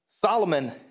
Solomon